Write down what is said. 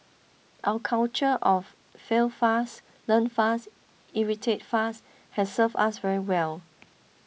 our culture of fail fast learn fast iterate faster has served us very well